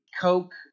Coke